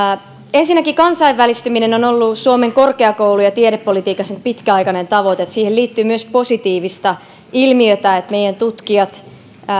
ensinnäkin kansainvälistyminen on ollut suomen korkeakoulu ja tiedepolitiikassa pitkäaikainen tavoite eli siihen liittyy myös positiivista ilmiötä se että meidän tutkijat